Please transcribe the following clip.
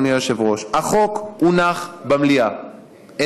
אדוני היושב-ראש: החוק הונח במליאה,